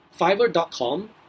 fiverr.com